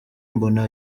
mbona